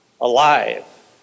alive